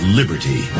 liberty